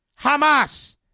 Hamas